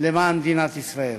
למען מדינת ישראל.